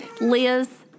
Liz